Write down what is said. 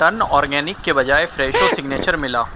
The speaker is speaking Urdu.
ٹرن آرگینک کے بجائے فریشو سگنیچر ملاؤ